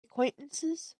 acquaintances